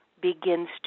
begins